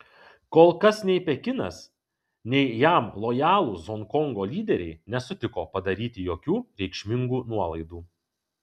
kol kas nei pekinas nei jam lojalūs honkongo lyderiai nesutiko padaryti jokių reikšmingų nuolaidų